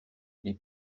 les